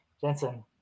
jensen